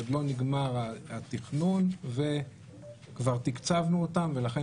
עוד לא נגמר התכנון וכבר תקצבנו אותם ולכן